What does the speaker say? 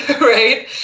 right